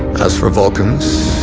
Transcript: as for vulcans,